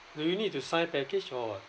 do you need to sign package or what